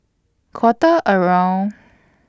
Quarter around